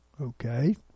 Okay